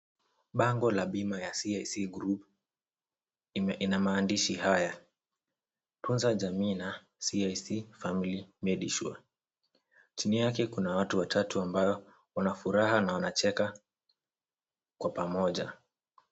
Bango la bima ya CIC Group ina maandishi haya; tunza jamii na CIC Family Medisure, chini yake kuna watu watatu ambao wana furaha na wanacheka kwa pamoja.